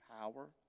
power